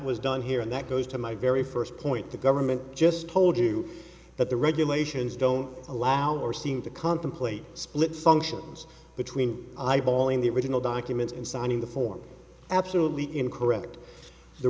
was done here and that goes to my very first point the government just told you that the regulations don't allow or seem to contemplate split functions between eyeballing the original documents and signing the form absolutely incorrect the